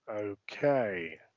Okay